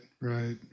right